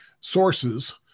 sources